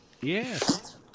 Yes